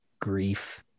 grief